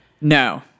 No